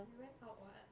you went out [what]